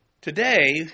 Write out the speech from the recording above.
Today